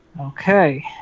Okay